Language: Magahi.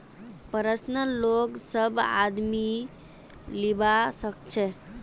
पर्सनल लोन सब आदमी लीबा सखछे